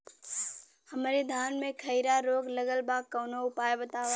हमरे धान में खैरा रोग लगल बा कवनो उपाय बतावा?